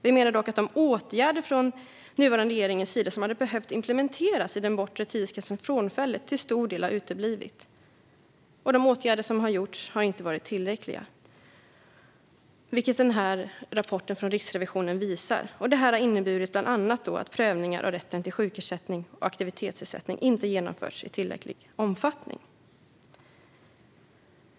Vi menar dock att de åtgärder från den nuvarande regeringen som hade behövt implementeras i den bortre tidsgränsens ställe till stor del har uteblivit och att de åtgärder som har vidtagits inte har varit tillräckliga, vilket rapporten från Riksrevisionen visar. Detta har bland annat inneburit att prövningar av rätten till sjukersättning och aktivitetsersättning inte genomförts i tillräcklig omfattning.